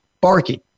barking